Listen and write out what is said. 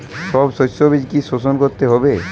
সব শষ্যবীজ কি সোধন করতে হবে?